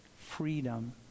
freedom